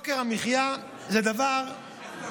איך תעשו את זה?